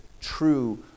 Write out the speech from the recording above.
true